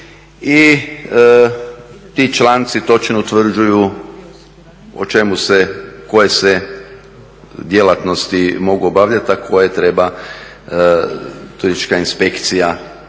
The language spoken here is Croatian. i ti članici točno utvrđuju o čemu se, koje se djelatnosti mogu obavljati a koje treba turistička inspekcija